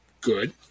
good